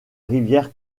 rivière